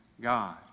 God